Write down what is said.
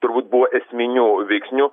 turbūt buvo esminiu veiksniu